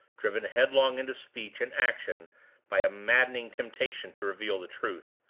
driven headlong into speech and action by a maddening temptation to reveal the truth.